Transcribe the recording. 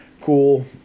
cool